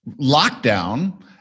lockdown